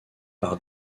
par